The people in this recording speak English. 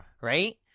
Right